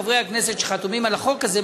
חברי הכנסת שחתומים על החוק הזה,